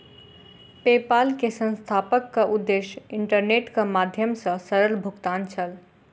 PayPal के संस्थापकक उद्देश्य इंटरनेटक माध्यम सॅ सरल भुगतान छल